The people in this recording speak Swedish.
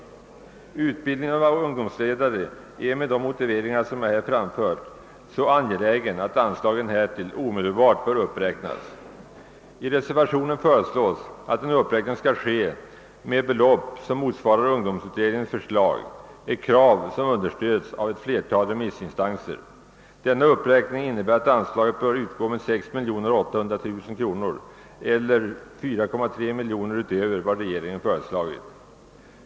Utbildningen av ungdomsledare är, med de motiveringar jag här framfört, så angelägen att anslagen därtill omedelbart bör uppräknas. I reservationen föreslås att en uppräkning skall ske med ett belopp som motsvarar ungdomsutredningens förslag, ett krav som understötts av ett flertal remissinstanser. Denna uppräkning innebär att anslaget bör utgå med 6,8 miljoner kronor, d. v. s. med 4,3 miljoner kronor utöver vad regeringen föreslagit.